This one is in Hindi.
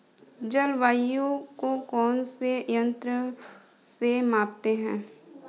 जलवायु को कौन से यंत्र से मापते हैं?